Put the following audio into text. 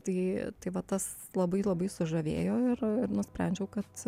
tai tai va tas labai labai sužavėjo ir ir nusprendžiau kad